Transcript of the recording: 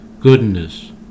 goodness